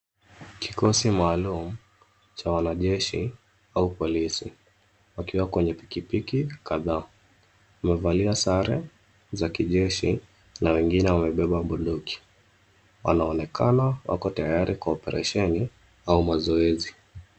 Kikosi maalum cha wanajeshi au polisi, wakiwa kwenye pikipiki kadhaa. Wamevalia sare za kijeshi na wengine wamebeba bunduki. Wanaonekana wako tayari kwa oparesheni au mazoezi.